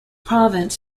province